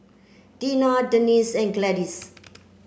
Deena Dennis and Gladys